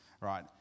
right